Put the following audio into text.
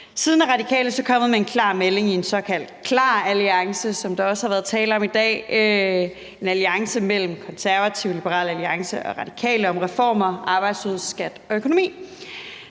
Siden er Radikale så kommet med en klar melding i en såkaldt KLAR-alliance, som der også har været talt om i dag – en alliance mellem Konservative, Liberal Alliance og Radikale om reformer, arbejdskraft og økonomi.